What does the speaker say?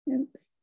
Oops